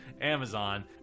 Amazon